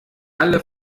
alle